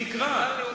תקרא.